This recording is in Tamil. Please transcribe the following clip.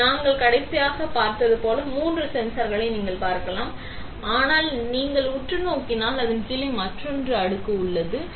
நாங்கள் கடைசியாக பார்த்தது போல் மூன்று சென்சார்களை நீங்கள் பார்க்கலாம் ஆனால் நீங்கள் உற்று நோக்கினால் அதன் கீழே மற்றொரு அடுக்கு உள்ளது சரி